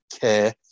care